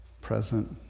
present